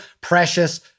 precious